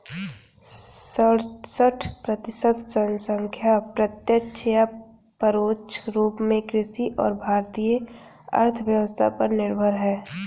सड़सठ प्रतिसत जनसंख्या प्रत्यक्ष या परोक्ष रूप में कृषि और भारतीय अर्थव्यवस्था पर निर्भर है